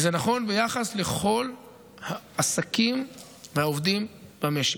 וזה נכון ביחס לכל העסקים והעובדים במשק.